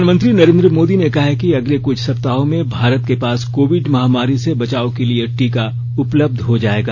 प्रधानमंत्री नरेन्द्र मोदी ने कहा है कि अगले कुछ सप्ताहों में भारत के पास कोविड महामारी से बचाव के लिए टीका उपलब्ध हो जायेगा